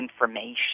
information